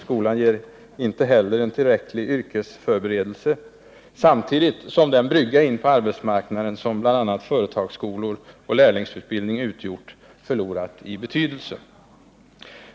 Skolan ger inte heller en tillräcklig yrkesförberedelse, samtidigt som den brygga in på arbetsmarknaden som bl.a. företagsskolor och lärlingsutbildning utgjort har förlorat i betydelse.